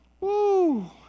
woo